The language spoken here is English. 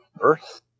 earth